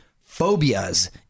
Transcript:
Phobias